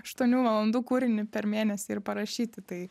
aštuonių valandų kūrinį per mėnesį ir parašyti tai